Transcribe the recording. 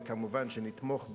ומובן שנתמוך בה,